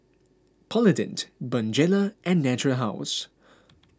Polident Bonjela and Natura House